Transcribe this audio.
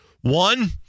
One